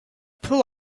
pull